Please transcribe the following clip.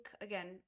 again